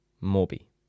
Morbi